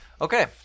Okay